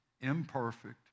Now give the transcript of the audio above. imperfect